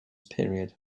period